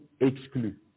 exclu